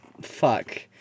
fuck